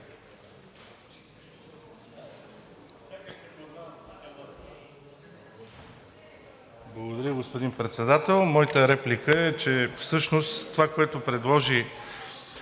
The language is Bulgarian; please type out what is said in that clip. Благодаря, господин Председател. Моята реплика е, че всъщност това, което предложи